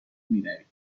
میروید